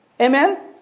Amen